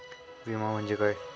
विमा म्हणजे काय?